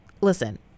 Listen